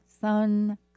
sun